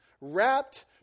wrapped